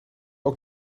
ook